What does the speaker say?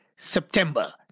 September